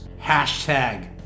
Hashtag